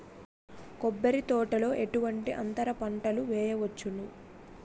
కొబ్బరి తోటలో ఎటువంటి అంతర పంటలు వేయవచ్చును?